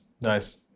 Nice